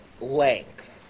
length